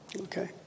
okay